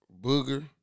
Booger